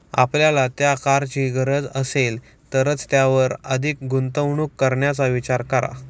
आपल्याला त्या कारची गरज असेल तरच त्यावर अधिक गुंतवणूक करण्याचा विचार करा